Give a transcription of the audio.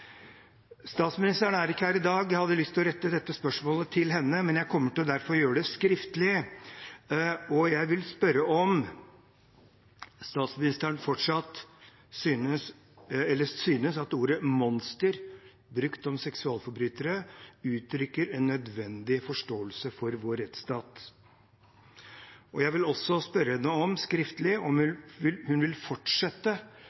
Statsministeren er ikke her i dag. Jeg hadde lyst til å rette dette spørsmålet til henne, så jeg kommer derfor til å gjøre det skriftlig. Jeg vil spørre om statsministeren fortsatt synes at ordet monster brukt om seksualforbrytere uttrykker en nødvendig forståelse av vår rettsstat. Jeg vil også spørre henne skriftlig om